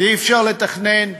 אי-אפשר לתכנן,